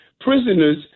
prisoners